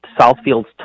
Southfield's